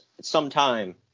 sometime